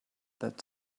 that